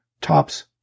Tops